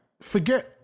forget